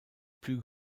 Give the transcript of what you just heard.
plus